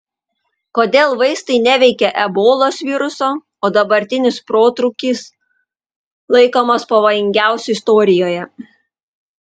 kodėl vaistai neveikia ebolos viruso o dabartinis protrūkis laikomas pavojingiausiu istorijoje